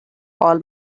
all